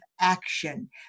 action